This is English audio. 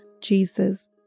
Jesus